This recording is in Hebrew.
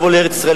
לבוא לארץ-ישראל,